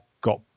got